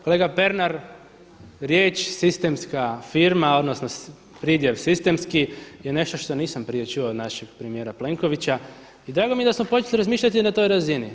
Kolega Pernar, riječ sistemska firma odnosno pridjev sistemski je nešto što nisam prije čuo od našeg premijera Plenkovića i drago mi je da smo počeli razmišljati na toj razini.